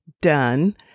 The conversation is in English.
done